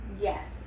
Yes